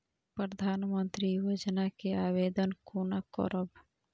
प्रधानमंत्री योजना के आवेदन कोना करब?